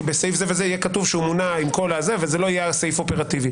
כי בסעיף זה וזה יהיה כתוב שהוא מונה אבל זה לא יהיה סעיף אופרטיבי.